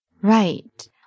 Right